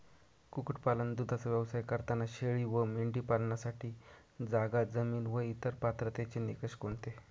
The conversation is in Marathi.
कुक्कुटपालन, दूधाचा व्यवसाय करताना शेळी व मेंढी पालनासाठी जागा, जमीन व इतर पात्रतेचे निकष कोणते?